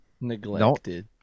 neglected